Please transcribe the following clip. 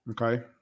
Okay